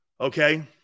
Okay